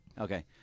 Okay